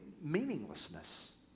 meaninglessness